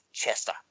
Chester